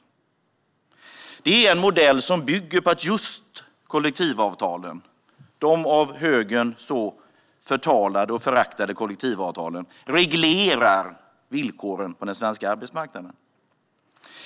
Det är en modell som bygger just på att kollektivavtalen - de av högern så förtalade och föraktade kollektivavtalen - reglerar villkoren på den svenska arbetsmarknaden.